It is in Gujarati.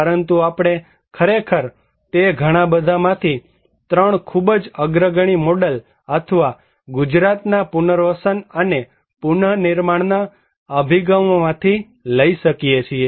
પરંતુ આપણે ખરેખર તે ઘણા બધા માંથી 3 ખુબજ અગ્રણી મોડલ અથવા ગુજરાતના પુનર્વસન અને પુનઃ નિર્માણના અભિગમોમાંથીલઈ શકીએ છીએ